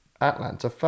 Atlanta